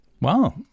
Wow